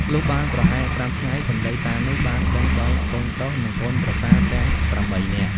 លុះបានប្រហែល៥ថ្ងៃសំដីតានោះ បានដឹងដល់កូនប្រុស និងកូនប្រសាទាំង ៨ នាក់។